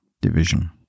division